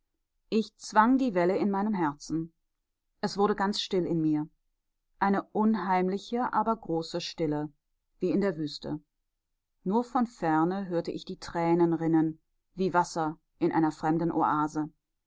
ich zwang die welle in meinem herzen es wurde ganz still in mir eine unheimliche aber große stille wie in der wüste nur von ferne hörte ich die tränen rinnen wie wasser einer fremden oase